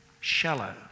shallow